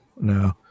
No